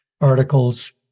articles